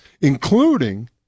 including